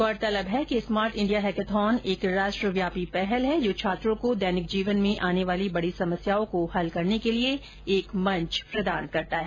गौरतलब है कि स्मार्ट इंडिया हैकाथॉन एक राष्ट्रव्यापी पहल है जो छात्रों को दैनिक जीवन में आने वाली बडी समस्याओं को हल करने के लिए एक मंच प्रदान करता है